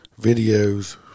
videos